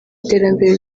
terambere